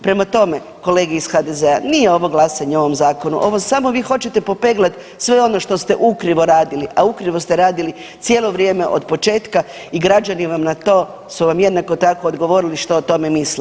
Prema tome, kolege iz HDZ-a, nije ovo glasanje o ovom zakonu, ovo samo vi hoćete popeglati sve ono što ste ukrivo radili, a ukrivo ste radili cijelo vrijeme otpočetka i građani vam na to su vam jednako tako odgovorili što o tome misle.